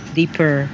deeper